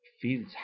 feels